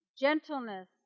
gentleness